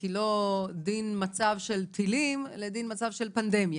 כי לא דין מצב של טילים לדין מצב של פנדמיה,